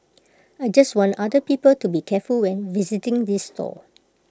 I just want other people to be careful when visiting this stall